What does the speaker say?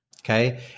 okay